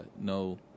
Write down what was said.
no